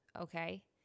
Okay